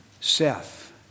Seth